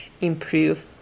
improve